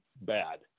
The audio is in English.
bad